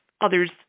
others